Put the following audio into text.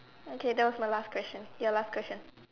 okay that was my last question ya last question